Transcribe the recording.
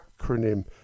acronym